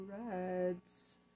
Reds